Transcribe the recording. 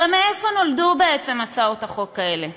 הרי ממה נולדו בעצם הצעות החוק האלה?